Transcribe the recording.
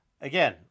again